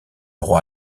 roi